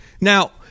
Now